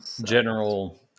general